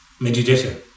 meditation